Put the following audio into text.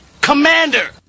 commander